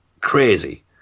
crazy